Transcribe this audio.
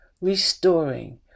restoring